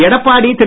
Edappadi Thiru